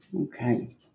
Okay